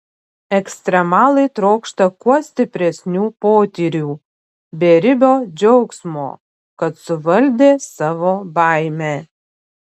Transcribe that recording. ekstremalai trokšta kuo stipresnių potyrių beribio džiaugsmo kad suvaldė savo baimę